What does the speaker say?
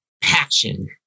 passion